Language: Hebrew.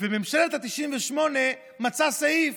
וממשלת ה-98 מצאה סעיף